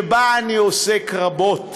שבה אני עוסק רבות: